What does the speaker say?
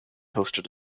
hosted